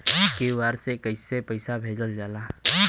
QR से पैसा कैसे भेजल जाला?